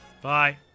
Bye